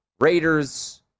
Raiders